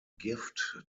gift